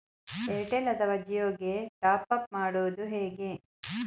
Airtel ಅಥವಾ ಜಿಯೊ ಗೆ top up ಮಾಡುವುದು ಹೇಗೆ?